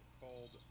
called